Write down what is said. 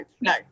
no